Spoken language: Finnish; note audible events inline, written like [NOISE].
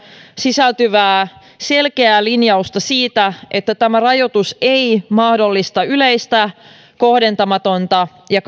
sisältyvää selkeää linjausta siitä että tämä rajoitus ei mahdollista yleistä kohdentamatonta ja [UNINTELLIGIBLE]